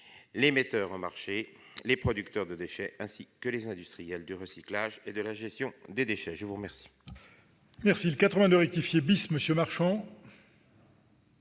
les metteurs sur le marché, les producteurs de déchets ainsi que les industriels du recyclage et de la gestion des déchets. L'amendement